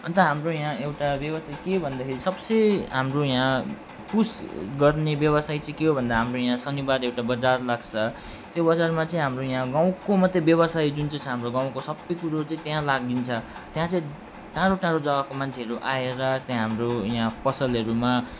अन्त हाम्रो यहाँ एउटा व्यवसायी के भन्दाखेरि सब से हाम्रो यहाँ पुस गर्ने व्यवसायी चाहिँ के हो भन्दा हाम्रो यहाँ शनिवार एउटा बजार लाग्छ त्यो बजारमा चाहिँ हाम्रो यहाँ गाउँको मात्रै व्यवसायी जुन चाहिँ छ हाम्रो गाउँको सबै कुरो चाहिँ त्यहाँ लागिन्छ त्यहाँ चाहिँ टाढो टाढो जग्गाको मान्छेहरू आएर त्यहाँ हाम्रो यहाँ पसलहरूमा